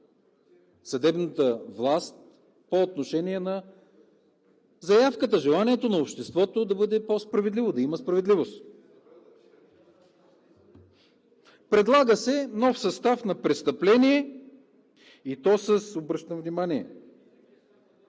съдебната власт по отношение на заявката, желанието на обществото – да бъде по-справедливо, да има справедливост? Предлага се нов състав на престъпление, и то – обръщам внимание,